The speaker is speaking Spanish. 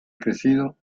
crecido